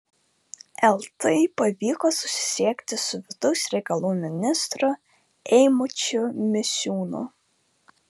eltai pavyko susisiekti su vidaus reikalų ministru eimučiu misiūnu